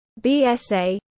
BSA